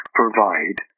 provide